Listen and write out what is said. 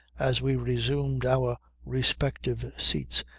as we resumed our respective seats,